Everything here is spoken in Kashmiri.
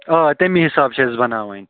آ تَمی حِسابہٕ چھِ اَسہِ بَناوٕنۍ